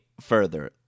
further